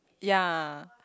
ya